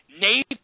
Navy